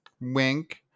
Wink